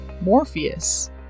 Morpheus